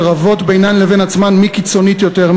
שרבות בינן לבין עצמן מי קיצונית יותר,